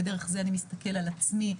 ודרך זה אני מסתכל על עצמי,